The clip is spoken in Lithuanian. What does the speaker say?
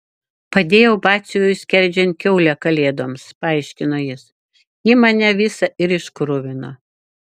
padėjau batsiuviui skerdžiant kiaulę kalėdoms paaiškino jis ji mane visą ir iškruvino